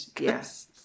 yes